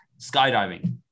skydiving